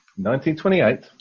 1928